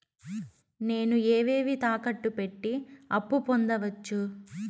నేను ఏవేవి తాకట్టు పెట్టి అప్పు పొందవచ్చు?